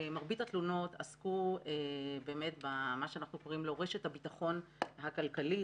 מרבית התלונות עסקו באמת במה שאנחנו קוראים לו: רשת הביטחון הכלכלית,